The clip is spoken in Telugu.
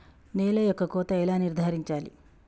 నేల యొక్క కోత ఎలా నిర్ధారించాలి?